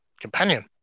companion